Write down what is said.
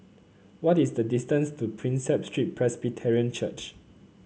what is the distance to Prinsep Street Presbyterian Church